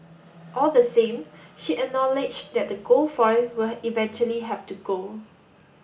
all the same she acknowledged that the gold foil will eventually have to go